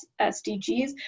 SDGs